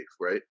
right